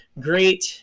great